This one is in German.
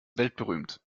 weltberühmt